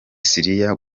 syria